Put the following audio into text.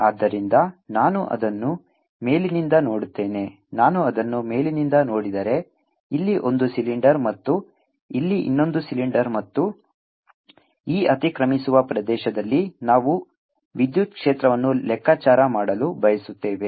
ಆದ್ದರಿಂದ ನಾನು ಅದನ್ನು ಮೇಲಿನಿಂದ ನೋಡುತ್ತೇನೆ ನಾನು ಅದನ್ನು ಮೇಲಿನಿಂದ ನೋಡಿದರೆ ಇಲ್ಲಿ ಒಂದು ಸಿಲಿಂಡರ್ ಮತ್ತು ಇಲ್ಲಿ ಇನ್ನೊಂದು ಸಿಲಿಂಡರ್ ಮತ್ತು ಈ ಅತಿಕ್ರಮಿಸುವ ಪ್ರದೇಶದಲ್ಲಿ ನಾವು ವಿದ್ಯುತ್ ಕ್ಷೇತ್ರವನ್ನು ಲೆಕ್ಕಾಚಾರ ಮಾಡಲು ಬಯಸುತ್ತೇವೆ